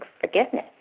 forgiveness